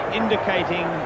indicating